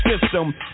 system